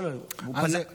אדוני, אתה לא פרשן.